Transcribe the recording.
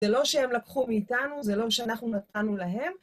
זה לא שהם לקחו מאיתנו, זה לא שאנחנו נתנו להם.